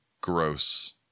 Gross